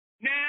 now